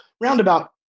roundabout